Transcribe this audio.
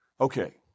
Okay